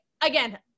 again